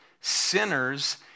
sinners